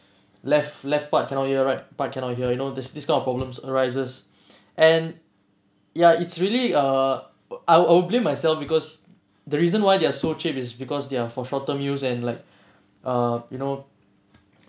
left left part cannot hear right part cannot hear you know this this kind of problems arises and ya it's really err I'll blame myself because the reason why they're so cheap is because they're for short term use and like err you know